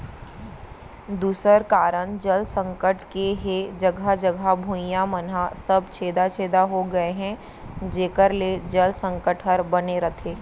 दूसर कारन जल संकट के हे जघा जघा भुइयां मन ह सब छेदा छेदा हो गए हे जेकर ले जल संकट हर बने रथे